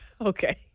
Okay